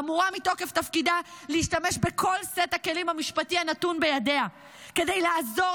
אמורה מתוקף תפקידה להשתמש בכל סט הכלים המשפטי הנתון בידיה כדי לעזור